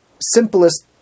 simplest